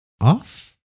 off